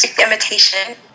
imitation